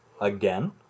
again